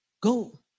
Go